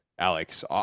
Alex